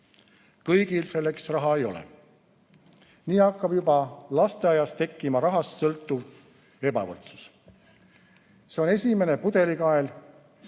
Kõigil selleks raha ei ole. Nii hakkab juba lasteaias tekkima rahast sõltuv ebavõrdsus. See on esimene pudelikael,